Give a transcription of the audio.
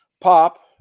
POP